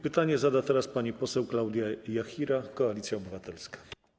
Pytanie zada pani poseł Klaudia Jachira, Koalicja Obywatelska.